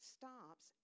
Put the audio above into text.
stops